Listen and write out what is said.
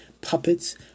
puppets